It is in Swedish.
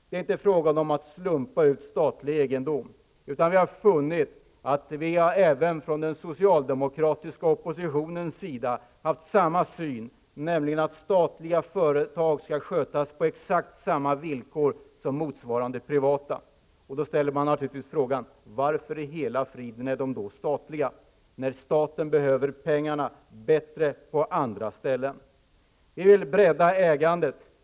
Det är inte frågan om att slumpa ut statlig egendom, utan vi har funnit att den socialdemokratiska oppositionen har samma syn, nämligen att statliga företag skall skötas på exakt samma villkor som motsvarande privata. Då ställer man naturligtvis frågan: Varför i hela friden är de statliga, när statens pengar behövs bättre på andra håll? Vi vill bredda ägandet.